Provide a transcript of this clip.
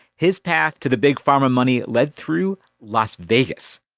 his path to the big pharma money led through las vegas.